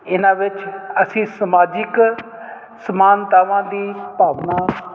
ਇਹਨਾਂ ਵਿੱਚ ਅਸੀਂ ਸਮਾਜਿਕ ਸਮਾਨਤਾਵਾਂ ਦੀ ਭਾਵਨਾ